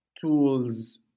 tools